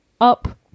up